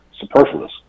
superfluous